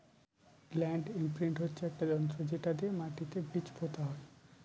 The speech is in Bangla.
ল্যান্ড ইমপ্রিন্ট হচ্ছে একটি যন্ত্র যেটা দিয়ে মাটিতে বীজ পোতা হয়